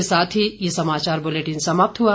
इसी के साथ ये समाचार बुलेटिन समाप्त हुआ